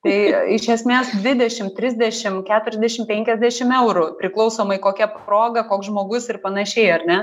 tai iš esmės dvidešim trisdešim keturiasdešim penkiasdešim eurų priklausomai kokia proga koks žmogus ir panašiai ar ne